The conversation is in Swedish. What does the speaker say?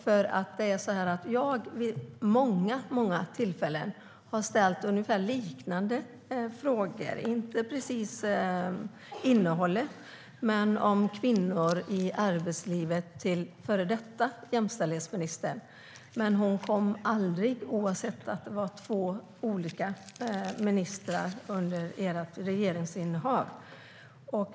Det är nämligen så här: Jag har vid många tillfällen ställt ungefär liknande frågor - inte precis i fråga om innehållet men om kvinnor i arbetslivet - till en före detta jämställdhetsminister. Men hon kom aldrig, oavsett om det var två olika ministrar under ert regeringsinnehav.